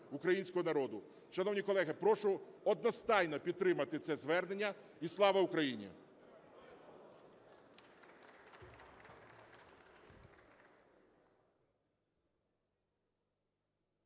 українського народу. Шановні колеги, прошу одностайно підтримати це звернення. І слава Україні!